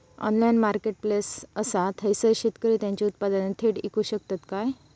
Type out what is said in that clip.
Online marketplace असा थयसर शेतकरी त्यांची उत्पादने थेट इकू शकतत काय?